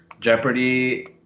Jeopardy